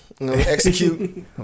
Execute